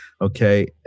okay